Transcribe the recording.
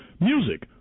music